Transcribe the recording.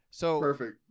Perfect